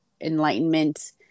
enlightenment